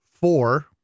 four